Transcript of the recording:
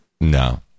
No